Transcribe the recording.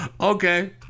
Okay